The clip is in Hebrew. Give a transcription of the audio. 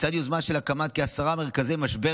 בצד יוזמה של הקמת כעשרה מרכזי משבר